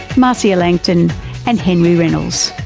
marcia langton and henry reynolds.